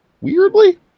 Weirdly